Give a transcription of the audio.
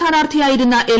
സ്ഥാനാർത്ഥിയായിരുന്ന L